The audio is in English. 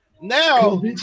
now